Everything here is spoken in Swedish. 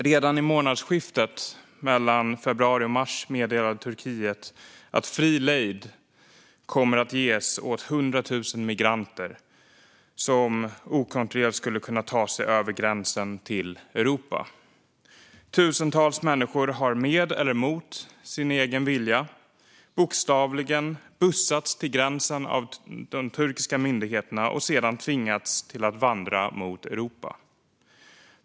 Redan i månadsskiftet februari/mars meddelade Turkiet att fri lejd kommer att ges åt 100 000 migranter som okontrollerat skulle kunna ta sig över gränsen till Europa. Tusentals människor har med eller mot sin egen vilja bokstavligen bussats till gränsen av de turkiska myndigheterna och sedan tvingats vandra mot Europa.